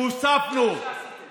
ונקודות זיכוי שהוספנו